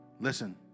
Listen